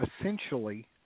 essentially